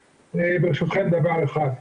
ברשותכם, דבר אחד.